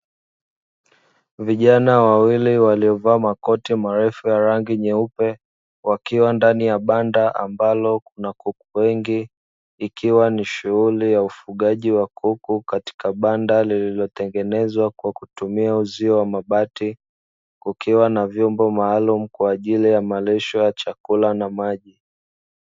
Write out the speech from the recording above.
Vijana wawili waliovaa makoti marefu ya rangi nyeupe, wakiwa ndani ya banda ambalo kuna kuku wengi ikiwa ni shughuli ya ufugaji wa kuku katika banda lililotengenezwa kwa kutumia uzio wa mabati, kukiwa na vyombo maalumu kwa ajili ya malisho ya chakula na maji.